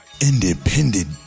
Independent